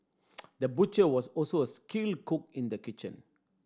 the butcher was also a skilled cook in the kitchen